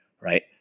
right